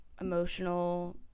emotional